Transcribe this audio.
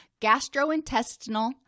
gastrointestinal